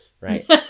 Right